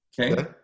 Okay